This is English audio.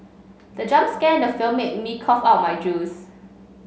the jump scare in the film made me cough out my juice